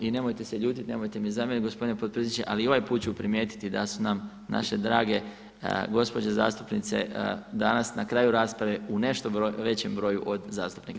I nemojte se ljutiti, nemojte mi zamjeriti, gospodine potpredsjedniče, ali i ovaj put ću primijetiti da su nam naše drage gospođe zastupnice danas na kraju rasprave u nešto većem broju od zastupnika.